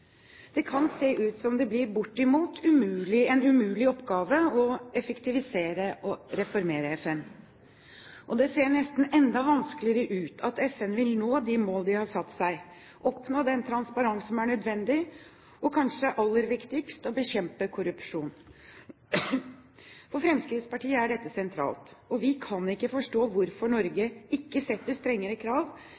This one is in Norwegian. Det kan se ut som om det blir bortimot en umulig oppgave å effektivisere og reformere FN. Det ser nesten enda vanskeligere ut at FN vil nå de mål de har satt seg, oppnå den transparens som er nødvendig, og, kanskje aller viktigst, å bekjempe korrupsjon. For Fremskrittspartiet er dette sentralt. Vi kan ikke forstå hvorfor Norge